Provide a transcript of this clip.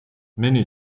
many